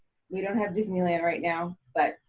we don't have disneyland right now, but